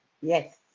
Yes